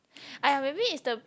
!aiya! maybe it's the